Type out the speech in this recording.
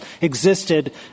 existed